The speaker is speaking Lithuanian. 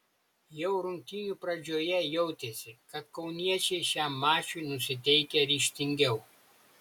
jau rungtynių pradžioje jautėsi kad kauniečiai šiam mačui nusiteikę ryžtingiau